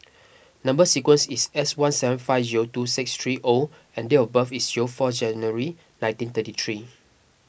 Number Sequence is S one seven five zero two six three O and date of birth is zero four January nineteen thirty three